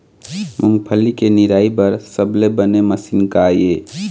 मूंगफली के निराई बर सबले बने मशीन का ये?